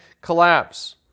collapse